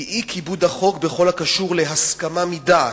היא אי-כיבוד החוק בכל הקשור להסכמה מדעת.